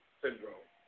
syndrome